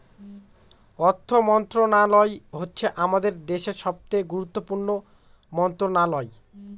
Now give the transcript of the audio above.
অর্থ মন্ত্রণালয় হচ্ছে আমাদের দেশের সবচেয়ে গুরুত্বপূর্ণ মন্ত্রণালয়